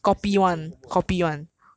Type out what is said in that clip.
S_C president chiong homework ah